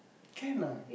can ah